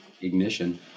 ignition